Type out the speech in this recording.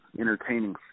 entertaining